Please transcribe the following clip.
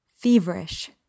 Feverish